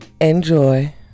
Enjoy